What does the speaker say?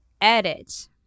edit